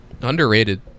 Underrated